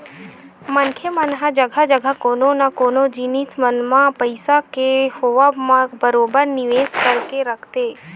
मनखे मन ह जघा जघा कोनो न कोनो जिनिस मन म पइसा के होवब म बरोबर निवेस करके रखथे